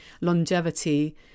longevity